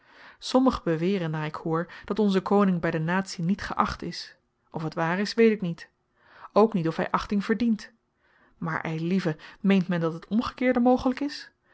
sommigen beweren naar ik hoor dat onze koning by de natie niet geacht is of t waar is weet ik niet ook niet of hy achting verdient maar eilieve meent men dat het omgekeerde mogelyk is